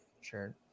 Sure